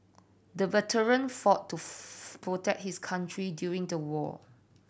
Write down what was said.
the veteran fought to protect his country during the war